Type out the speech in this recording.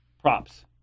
props